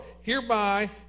Hereby